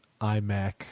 iMac